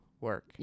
work